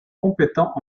compétent